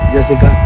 Jessica